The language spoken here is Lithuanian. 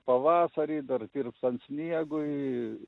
pavasarį dar tirpstant sniegui ir